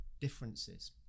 differences